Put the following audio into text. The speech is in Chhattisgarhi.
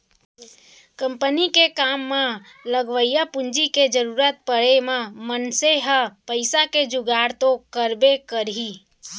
कंपनी के काम म लगवइया पूंजी के जरूरत परे म मनसे ह पइसा के जुगाड़ तो करबे करही